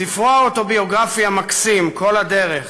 ספרו האוטוביוגרפי המקסים, "כל הדרך",